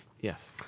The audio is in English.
Yes